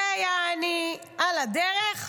זה, יעני, על הדרך.